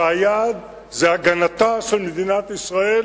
כשהיעד הוא הגנתה של מדינת ישראל.